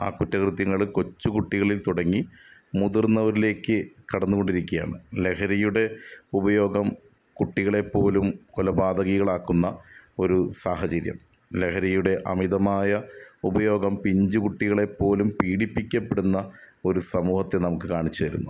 ആ കുറ്റകൃത്യങ്ങള് കൊച്ചുകുട്ടികളില് തുടങ്ങി മുതിര്ന്നവരിലേക്ക് കടന്നുകൊണ്ടിരിക്കുകയാണ് ലഹരിയുടെ ഉപയോഗം കുട്ടികളെപ്പോലും കൊലപാതകികളാക്കുന്ന ഒരു സാഹചര്യം ലഹരിയുടെ അമിതമായ ഉപയോഗം പിഞ്ചുകുട്ടികളെപ്പോലും പീഡിപ്പിക്കപ്പെടുന്ന ഒരു സമൂഹത്തെ നമുക്ക് കാണിച്ചുതരുന്നു